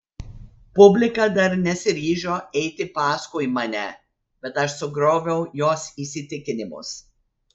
publika dar nesiryžo eiti paskui mane bet aš sugrioviau jos įsitikinimus